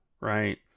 right